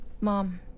Mom